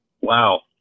wow